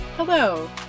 Hello